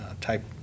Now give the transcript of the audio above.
type